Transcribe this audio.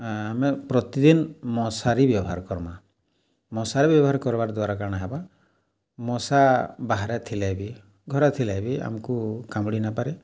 ଆମେ ପ୍ରତିଦିନ୍ ମଶାରି ବ୍ୟବହାର୍ କର୍ମା ମଶାରୀ ବ୍ୟବହାର୍ କର୍ବାର୍ ଦ୍ୱାରା କାଣା ହେବା ମଶା ବାହାରେ ଥିଲେ ବି ଘରେ ଥିଲେ ବି ଆମ୍କୁ କାମୁଡ଼ି ନାଇଁ ପାରେ